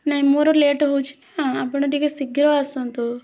ନାଇ ମୋର ଲେଟ୍ ହେଉଛି ନା ଆପଣ ଟିକେ ଶୀଘ୍ର ଆସନ୍ତୁ